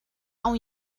اون